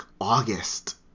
August